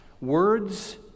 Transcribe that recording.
Words